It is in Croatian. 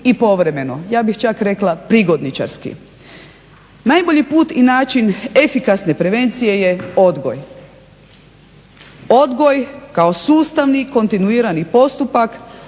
i povremeno, ja bih čak rekla prigodničarski. Najbolji put i način efikasne prevencije je odgoj. Odgoj kao sustavni kontinuirani postupak,